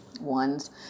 ones